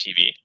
TV